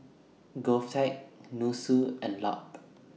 Govtech Nussu and Lup